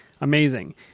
amazing